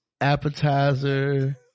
appetizer